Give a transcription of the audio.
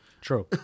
True